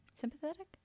Sympathetic